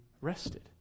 rested